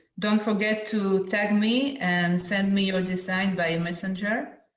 don't forget to tag me and send me your designs via messenger.